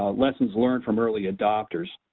ah lessons learned from early adopters.